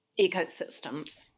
ecosystems